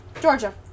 Georgia